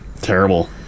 terrible